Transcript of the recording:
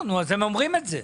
הם אומרים את זה.